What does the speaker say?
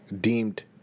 deemed